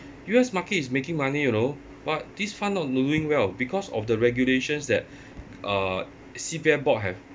U_S market is making money you know but this fund not doing well because of the regulations that uh C_P_F board have